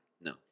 No